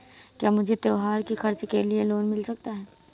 क्या मुझे त्योहार के खर्च के लिए लोन मिल सकता है?